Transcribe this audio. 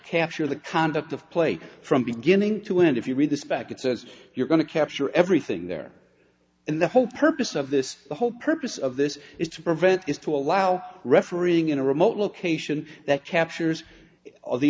capture the conduct of play from beginning to end if you read this back it says you're going to capture everything there and the whole purpose of this the whole purpose of this is to prevent is to allow refereeing in a remote location that captures